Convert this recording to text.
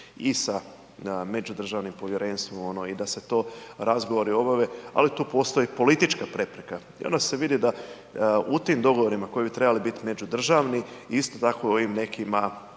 i sa međudržavnim povjerenstvom i da se to razgovori obave, ali tu postoji politička prepreka i onda se vidi da u tim dogovorima koji bi trebali biti međudržavni, isto tako ovim nekima